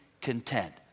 content